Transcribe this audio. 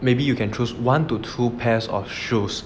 maybe you can choose one to two pair of shoes